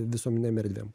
visuomeninėm erdvėm